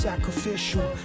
Sacrificial